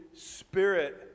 spirit